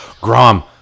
Grom